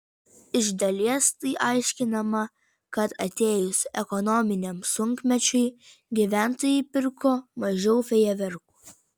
iš dalies tai aiškinama kad atėjus ekonominiam sunkmečiui gyventojai pirko mažiau fejerverkų